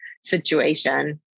situation